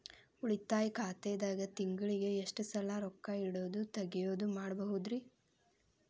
ಉಳಿತಾಯ ಖಾತೆದಾಗ ತಿಂಗಳಿಗೆ ಎಷ್ಟ ಸಲ ರೊಕ್ಕ ಇಡೋದು, ತಗ್ಯೊದು ಮಾಡಬಹುದ್ರಿ?